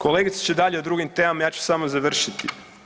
Kolegica će dalje o drugim temama, ja ću samo završiti.